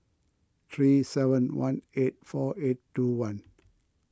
three seven one eight four eight two one